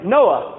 Noah